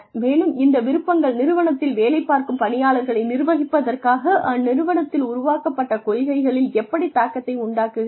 மேலும் இந்த விருப்பங்கள் நிறுவனத்தில் வேலைப் பார்க்கும் பணியாளர்களை நிர்வகிப்பதற்காக அந்நிறுவனத்தில் உருவாக்கப்பட்ட கொள்கைகளில் எப்படித் தாக்கத்தை உண்டாக்குகிறது